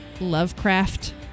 lovecraft